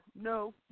no